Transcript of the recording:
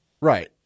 Right